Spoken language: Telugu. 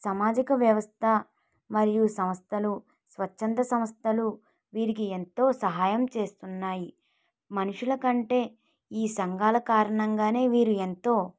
సామాజిక వ్యవస్థ మరియు సంస్థలు స్వచ్చంద సంస్థలు వీరికి ఎంతో సహాయం చేస్తున్నాయి మనుషుల కంటే ఈ సంఘాల కారణంగా వీరు ఎంతో